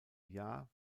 jahr